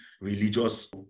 religious